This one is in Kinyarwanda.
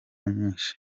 nyinshi